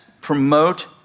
promote